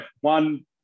one